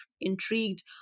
intrigued